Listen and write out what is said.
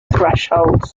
thresholds